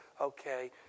Okay